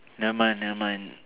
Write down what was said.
never mind never mind